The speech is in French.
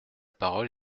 parole